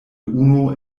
unu